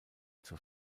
zur